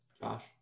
Josh